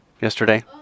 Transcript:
yesterday